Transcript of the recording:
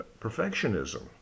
perfectionism